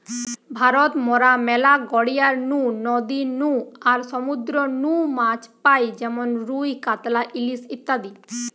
ভারত মরা ম্যালা গড়িয়ার নু, নদী নু আর সমুদ্র নু মাছ পাই যেমন রুই, কাতলা, ইলিশ ইত্যাদি